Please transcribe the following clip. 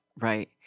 right